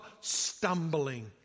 stumbling